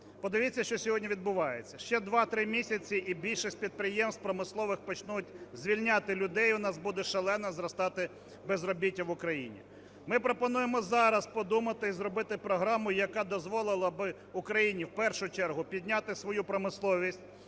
Подивіться, що сьогодні відбувається. Ще два-три місяці і більшість підприємств промислових почнуть звільняти людей, у нас буде шалено зростати безробіття в Україні. Ми пропонуємо зараз подумати і зробити програму, яка дозволила б Україні в першу чергу підняти свою промисловість,